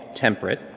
temperate